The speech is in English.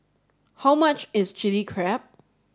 how much is Chili Crab